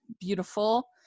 beautiful